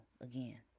again